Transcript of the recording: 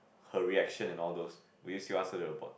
her reaction and all those will you still ask her to abort